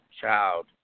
child